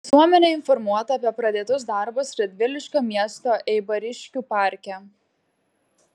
visuomenė informuota apie pradėtus darbus radviliškio miesto eibariškių parke